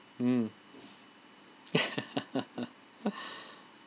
mm